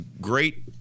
great